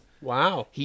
Wow